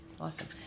Awesome